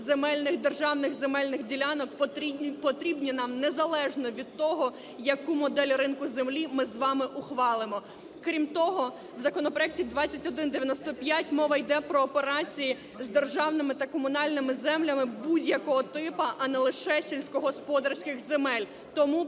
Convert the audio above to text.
та продажу державних земельних ділянок потрібні нам незалежно від того, яку модель ринку землі ми з вами ухвалимо. Крім того, у законопроекті 2195 мова йде про операції з державними та комунальними землями будь-якого типу, а не лише сільськогосподарських земель. Тому